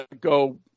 go